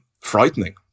frightening